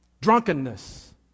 drunkenness